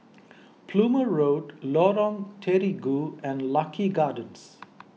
Plumer Road Lorong Terigu and Lucky Gardens